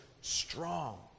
strong